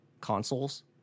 consoles